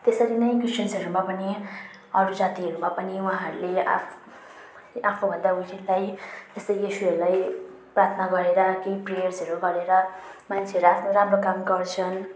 त्यसरी नै क्रिस्चियन्सहरूमा पनि अरू जातिहरूमा पनि उहाँहरूले आफ्नो आफूभन्दा जस्तै यिसुहरूलाई प्रार्थना गरेर केही प्रेयर्सहरू गरेर मान्छेहरू आफ्नो राम्रो काम गर्छन्